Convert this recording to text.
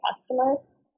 customers